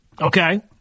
Okay